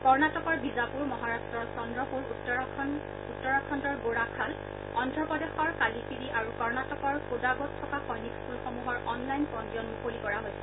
কৰ্ণটিকৰ বিজাপুৰ মহাৰাট্টৰ চন্দ্ৰপুৰ উত্তৰাখণ্ড গোৰাখাল অন্ধ্ৰপ্ৰদেশৰ কালিকিৰি আৰু কণ্টিকৰ কোডাগুত থকা সৈনিক স্থুলসমূহৰ অনলাইন পঞ্জীয়ন মুকলি কৰা হৈছে